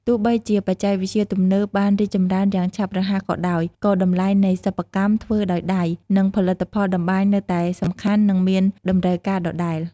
ទោះបីជាបច្ចេកវិទ្យាទំនើបបានរីកចម្រើនយ៉ាងឆាប់រហ័សក៏ដោយ ក៏តម្លៃនៃសិប្បកម្មធ្វើដោយដៃ និងផលិតផលតម្បាញនៅតែសំខាន់ និងមានតម្រូវការដដែល។